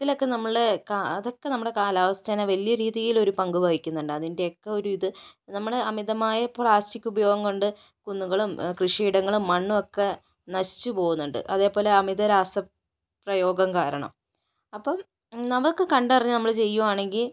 ഇതിലൊക്കെ നമ്മള് അതൊക്കെ നമ്മുടെ കാലാവസ്ഥേനെ വലിയ രീതിയിലൊരു പങ്ക് വഹിക്കുന്നുണ്ട് അതിൻ്റെയൊക്കെ ഒരിത് നമ്മടെ അമിതമായ പ്ലാസ്റ്റിക്ക് ഉപയോഗം കൊണ്ട് കുന്നുകളും കൃഷിയിടങ്ങളും മണ്ണൊക്കെ നശിച്ച് പോകുന്നുണ്ട് അതേപോലെ അമിത രാസപ്രയോഗം കാരണം അപ്പോൾ അതൊക്കെ കണ്ടറിഞ്ഞ് നമ്മള് ചെയ്യുകയാണെങ്കിൽ